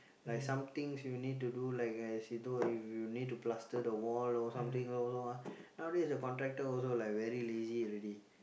like some things you need to do like as you know if you need to plaster the wall or something low low ah nowadays the contractor also like very lazy already